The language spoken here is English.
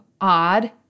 odd